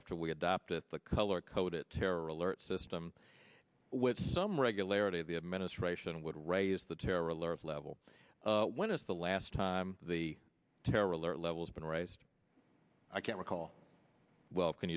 after we adopted the color coded terror alert system with some regularity the administration would raise the terror alert level when is the last time the terror alert level has been raised i can't recall well can